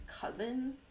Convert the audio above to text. cousin